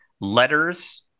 letters